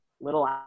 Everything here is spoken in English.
little